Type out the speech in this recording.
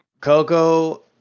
Coco